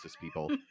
people